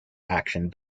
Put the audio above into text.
action